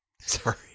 Sorry